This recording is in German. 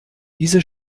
diese